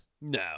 No